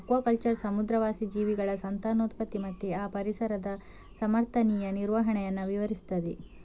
aquaculture ಸಮುದ್ರವಾಸಿ ಜೀವಿಗಳ ಸಂತಾನೋತ್ಪತ್ತಿ ಮತ್ತೆ ಆ ಪರಿಸರದ ಸಮರ್ಥನೀಯ ನಿರ್ವಹಣೆಯನ್ನ ವಿವರಿಸ್ತದೆ